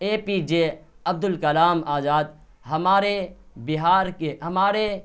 اے P J Abdul Kalam Azad ہمارے بہار کے ہمارے